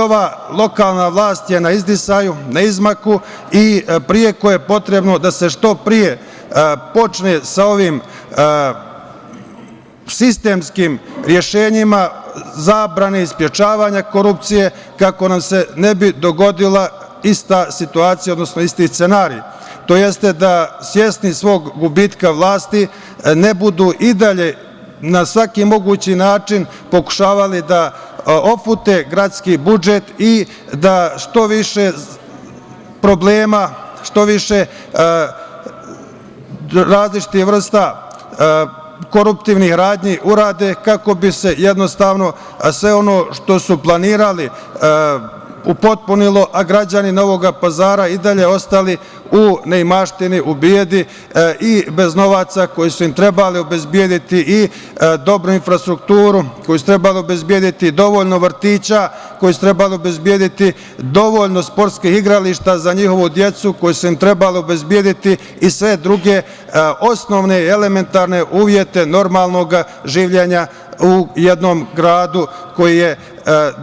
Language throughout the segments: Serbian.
Ova lokalna vlast je na izdisaju, na izmaku, i preko je potrebno da se što pre počne sa ovim sistemskim rešenjima zabrane i sprečavanja korupcije, kako nam se ne bi dogodila ista situacija, odnosno isti scenario, tj. da svesni svog gubitka vlasti ne budu i dalje na svaki mogući način pokušavali da ofute gradski budžet i da što više problema, što više različitih vrsta koruptivnih radnji urade kako bi se jednostavno sve ono što su planirali upotpunilo, a građani Novog Pazara i dalje ostali u nemaštini, u bedi i bez novca koji su im trebali obezbediti i dobru infrastrukturu koju su trebali obezbediti, dovoljno vrtića koje su trebali obezbediti, dovoljno sportskih igrališta za njihovu decu koje su im trebali obezbediti i sve druge osnovne, elementarne uslove normalnog življenja u jednom gradu koji je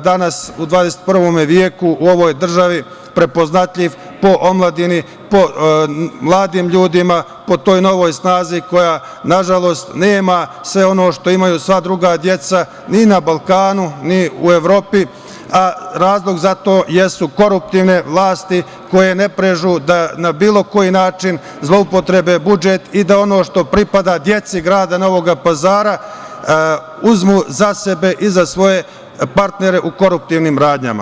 danas u 21. veku u ovoj državi prepoznatljiv po omladini, po mladim ljudima, po toj novoj snazi koja nažalost nema sve ono što imaju sva druga deca ni na Balkanu, ni u Evropi, a razlog za to jesu koruptivne vlasti koje ne prezaju da na bilo koji način zloupotrebe budžet i da ono što pripada deci grada Novog Pazara uzmu za sebe i za svoje partnere u koruptivnim radnjama.